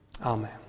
Amen